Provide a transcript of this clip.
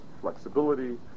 flexibility